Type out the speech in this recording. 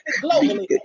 globally